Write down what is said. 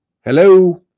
Hello